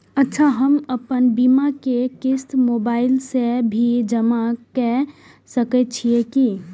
अच्छा हम आपन बीमा के क़िस्त मोबाइल से भी जमा के सकै छीयै की?